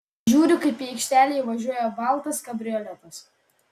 žiūriu kaip į aikštelę įvažiuoja baltas kabrioletas